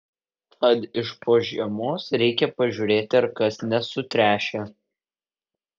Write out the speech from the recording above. tad iš po žiemos reikia pažiūrėti ar kas nesutręšę